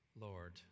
Lord